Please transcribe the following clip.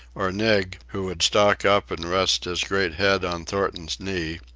or nig, who would stalk up and rest his great head on thornton's knee,